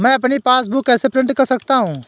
मैं अपनी पासबुक कैसे प्रिंट कर सकता हूँ?